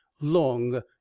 long